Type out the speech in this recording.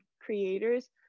creators